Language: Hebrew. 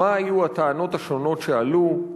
מה היו הטענות השונות שעלו,